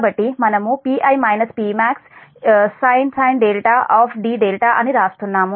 కాబట్టి మనము Pi Pmax sin dδఅని వ్రాస్తున్నాము